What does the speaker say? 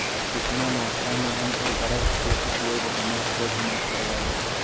कितना मात्रा में हम उर्वरक के उपयोग हमर खेत में करबई?